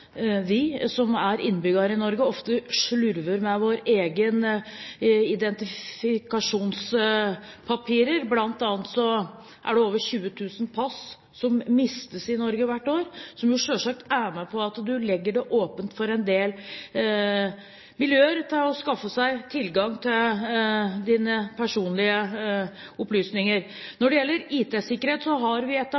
vi som er innbyggere i Norge, ofte slurver med våre egne identifikasjonspapirer. Blant annet mistes det over 20 000 pass i Norge hvert år. Det er selvsagt med på å åpne for at en del miljøer kan skaffe seg tilgang til dine personlige opplysninger. Når